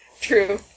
True